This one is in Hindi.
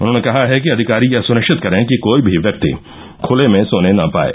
उन्होंने कहा है कि अधिकारी यह सुनिश्चित करें कि कोई भी व्यक्ति खले में सोने न पाये